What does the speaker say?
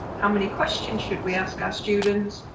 how many questions should we ask our students?